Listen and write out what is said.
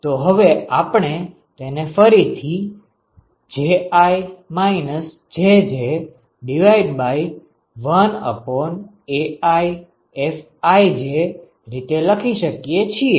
તો હવે આપણે તેને ફરીથી Ji Jj1AiFij રીતે લખી શકીએ છીએ